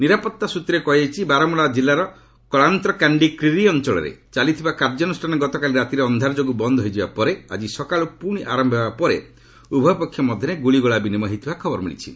ନିରାପତ୍ତା ସ୍ନତ୍ରରେ କୁହାଯାଇଛି ବାରମୁଲ୍ଲା ଜିଲ୍ଲାର କଳାନ୍ତ କାଣ୍ଡି କ୍ରିରି ଅଞ୍ଚଳରେ ଚାଲିଥିବା କାର୍ଯ୍ୟାନୁଷ୍ଠାନ ଗତକାଲି ରାତିରେ ଅନ୍ଧାର ଯୋଗୁଁ ବନ୍ଦ୍ ହୋଇଯିବା ପରେ ଆକି ସକାଳୁ ପୁଣି ଆରମ୍ଭ ହେବା ପରେ ଉଭୟ ପକ୍ଷ ମଧ୍ୟରେ ଗୁଳିଗୋଳା ବିନିମୟ ହୋଇଥିବା ଖବର ମିଳିଛି